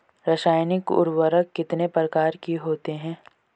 रासायनिक उर्वरक कितने प्रकार के होते हैं?